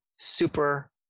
super